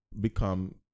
become